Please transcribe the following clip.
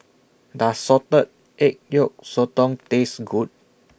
Does Salted Egg Yolk Sotong Taste Good